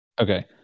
Okay